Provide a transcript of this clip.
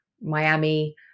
Miami